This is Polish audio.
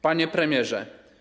Panie Premierze!